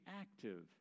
active